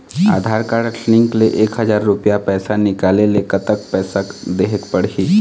आधार card link ले एक हजार रुपया पैसा निकाले ले कतक पैसा देहेक पड़ही?